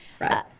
Right